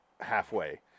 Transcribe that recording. halfway